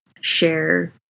share